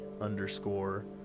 Underscore